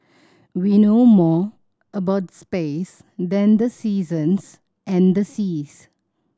we know more about space than the seasons and the seas